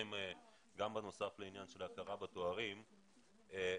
מצד אחד,